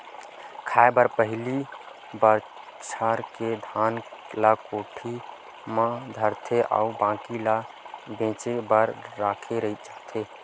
खाए बर पहिली बछार के धान ल कोठी म धरथे अउ बाकी ल बेचे बर राखे जाथे